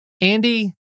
Andy